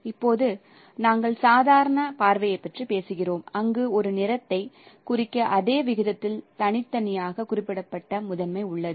இப்போது நாங்கள் சாதாரண பார்வையைப் பற்றிப் பேசுகிறோம் அங்கு ஒரு நிறத்தைக் குறிக்க அதே விகிதத்தில் தனித்தனியாக குறிப்பிடப்பட்ட முதன்மை உள்ளது